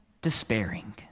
despairing